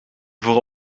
voor